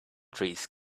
trees